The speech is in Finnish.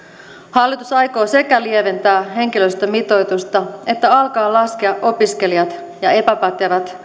hallitus aikoo sekä lieventää henkilöstömitoitusta että alkaa laskea opiskelijat ja epäpätevät